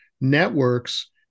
networks